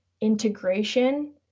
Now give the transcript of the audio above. integration